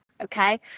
okay